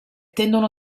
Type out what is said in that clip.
tendono